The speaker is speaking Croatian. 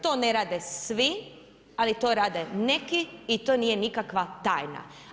To ne rade svi, ali to rade neki i to nije nikakva tajna.